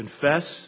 Confess